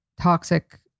toxic